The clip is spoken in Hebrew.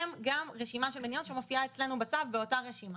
הן גם רשימה של מדינות שמופיעה אצלנו בצו באותה רשימה.